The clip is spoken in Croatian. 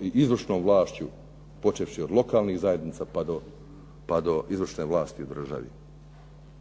i izvršnom vlašću počevši od lokalnih zajednica, pa do izvršne vlasti u državi.